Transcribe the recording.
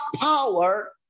power